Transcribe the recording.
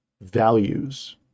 values